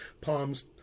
palms